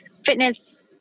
Fitness